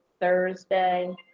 thursday